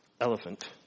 elephant